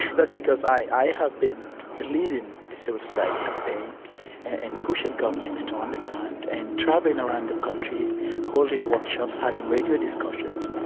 that's because i have been leading this civil society campaign and pushing governments to understand and travelling around the country holding workshops, having radio discussions,